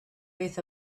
earth